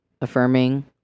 affirming